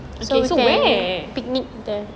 so where